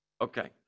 Okay